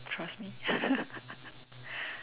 trust me